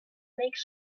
makes